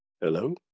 Hello